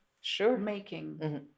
sure-making